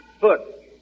foot